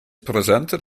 presented